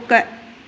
रोकु